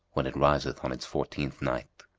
when it riseth on its fourteenth night.